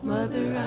Mother